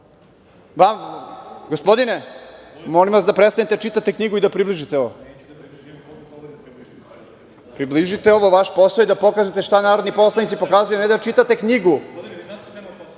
ovo. Gospodine, molim vas da prestanete da čitate knjigu i da približite ovo. Približite ovo. Vaš posao je da pokažete šta narodni poslanici pokazuju, a ne da čitate knjigu. Samo